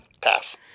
pass